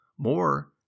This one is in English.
More